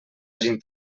hagin